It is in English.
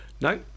no